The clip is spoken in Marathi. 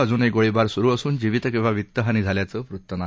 अजूनही गोळीबार सुरु असून जीवित किंवा वित्त हानी झाल्याचं वृत्त नाही